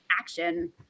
action